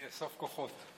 תאסוף כוחות.